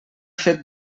fet